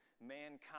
mankind